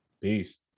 Peace